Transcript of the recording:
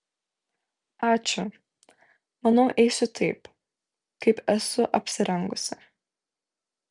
ačiū manau eisiu taip kaip esu apsirengusi